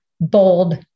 bold